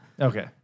Okay